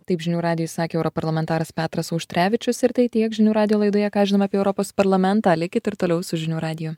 taip žinių radijui sakė europarlamentaras petras auštrevičius ir tai tiek žinių radijo laidoje ką žinome apie europos parlamentą likit ir toliau su žinių radiju